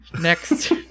Next